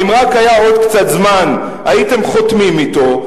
ואם רק היה עוד קצת זמן הייתם חותמים אתו,